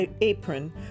apron